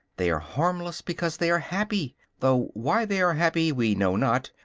they are harmless because they are happy though why they are happy we know not,